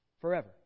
Forever